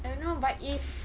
I don't know but if